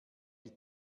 die